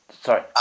sorry